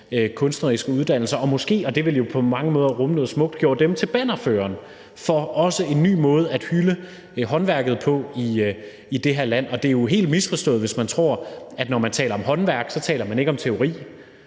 kunstneriske uddannelser, og måske – og det ville jo på mange måder rumme noget smukt – gøre dem til bannerførere for en ny måde også at hylde håndværket på i det her land. Det er jo helt misforstået at tro, at når man taler om håndværk, så taler man ikke om teori.